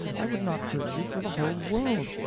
i would not hurt you for the whole world.